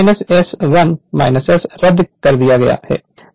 तो 1 S 1 S रद्द कर दिया जाएगा